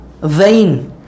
vain